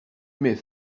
mets